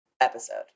episode